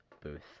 booth